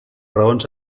raons